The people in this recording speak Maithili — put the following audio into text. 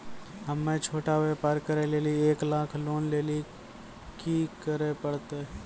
हम्मय छोटा व्यापार करे लेली एक लाख लोन लेली की करे परतै?